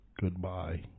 goodbye